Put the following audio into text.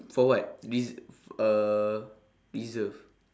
for what this uh reserved